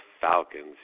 Falcons